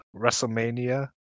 WrestleMania